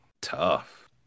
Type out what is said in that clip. tough